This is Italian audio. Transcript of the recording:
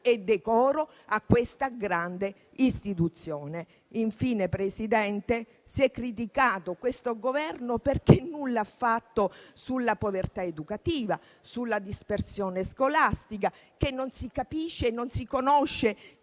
e decoro a questa grande istituzione. Infine, Presidente, si è criticato questo Governo perché nulla ha fatto sulla povertà educativa, sulla dispersione scolastica che non si capisce e non si conosce